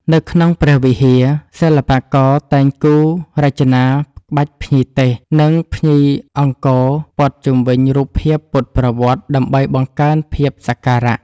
នៅក្នុងព្រះវិហារ សិល្បករតែងគូររចនាក្បាច់ភ្ញីទេស និងភ្ញីអង្គរព័ទ្ធជុំវិញរូបភាពពុទ្ធប្រវត្តិដើម្បីបង្កើនភាពសក្ការៈ។